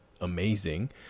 amazing